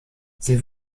sie